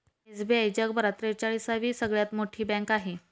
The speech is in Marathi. एस.बी.आय जगभरात त्रेचाळीस वी सगळ्यात मोठी बँक आहे